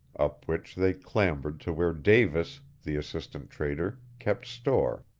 up which they clambered to where davis, the assistant trader, kept store.